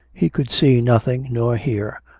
he could see nothing, nor hear,